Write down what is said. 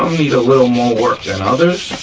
um need a little more work than others.